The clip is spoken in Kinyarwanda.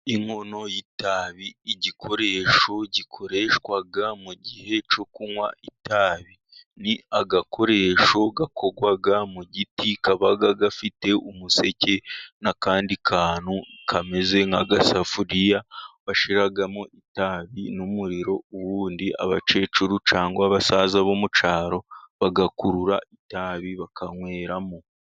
Inkono y'itabi igikoresho gikoreshwa, mu gihe cyo kunywa itabi, ni agakoresho gakorwa mu giti, kaba gafite umuseke, n'akandi kantu kameze nk'agasafuriya, bashiramo itabi n'umuriro, ubundi abakecuru cyangwa abasaza bo mucyaro, bagakurura itabi bakanyweramo.